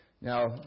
Now